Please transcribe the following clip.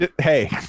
Hey